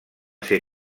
ser